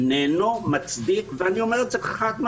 איננו מצדיק, ואני אומר את זה חד-משמעית.